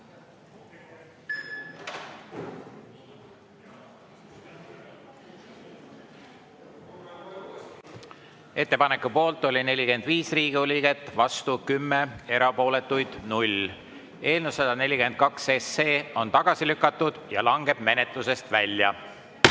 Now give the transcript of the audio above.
Ettepaneku poolt oli 45 Riigikogu liiget, vastu 10, erapooletuid 0. Eelnõu 142 on tagasi lükatud ja langeb menetlusest välja. Head